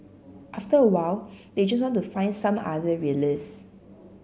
after a while they just want to find some other release